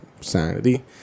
sanity